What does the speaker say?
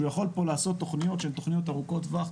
שהוא יכול פה לעשות תכניות שהן תכניות ארוכות טווח,